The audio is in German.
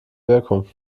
wirkung